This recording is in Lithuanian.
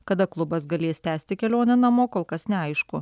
kada klubas galės tęsti kelionę namo kol kas neaišku